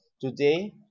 today